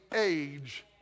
age